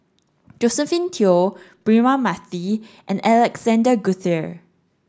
Josephine Teo Braema Mathi and Alexander Guthrie